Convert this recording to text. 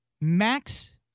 Max